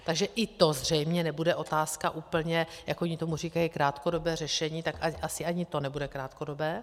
Takže i to zřejmě nebude otázka úplně, jak oni tomu říkají krátkodobé řešení, tak asi ani to nebude krátkodobé.